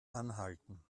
anhalten